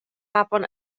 afon